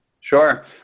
Sure